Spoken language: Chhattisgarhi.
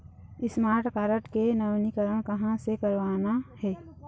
स्मार्ट कारड के नवीनीकरण कहां से करवाना हे?